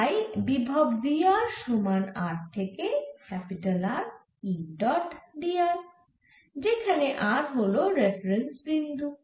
তাই বিভব v r সমান r থেকে capital R E dot dr যেখানে r হল রেফারেন্স বিন্দু